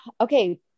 okay